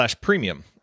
premium